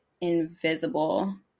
invisible